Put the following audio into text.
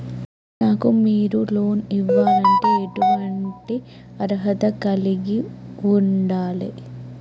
నాకు మీరు లోన్ ఇవ్వాలంటే ఎటువంటి అర్హత కలిగి వుండాలే?